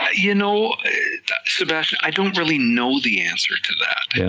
you know sebastian, i don't really know the answer to that,